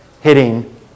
hitting